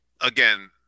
again